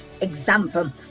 example